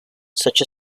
such